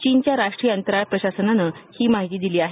चीनच्या राष्ट्रीय अंतराळ प्रशासनानं हा माहिती दिली आहे